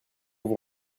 vous